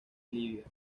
libia